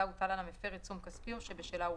שהוטל על המפר עיצום כספי או שבשלה הורשע.